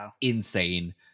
insane